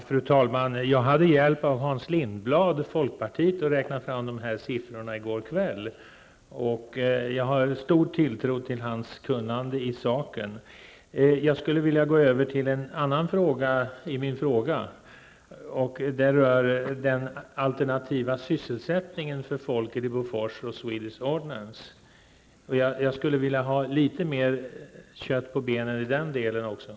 Fru talman! Jag hade hjälp av Hans Lindblad i folkpartiet med att räkna fram dessa siffror i går kväll. Jag har stor tilltro till hans kunnande i saken. Jag skulle även vilja gå över till en annan frågeställning. Det gäller den alternativa sysselsättningen för folket i Bofors och Swedish Ordnance. Jag skulle vilja ha litet mera kött på benen även i den delen.